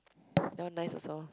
that one nice also